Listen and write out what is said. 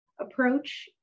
approach